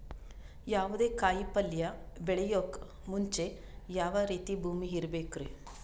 ಯಾವುದೇ ಕಾಯಿ ಪಲ್ಯ ಬೆಳೆಯೋಕ್ ಮುಂಚೆ ಯಾವ ರೀತಿ ಭೂಮಿ ಇರಬೇಕ್ರಿ?